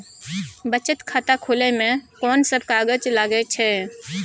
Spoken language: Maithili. बचत खाता खुले मे कोन सब कागज लागे छै?